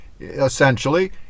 essentially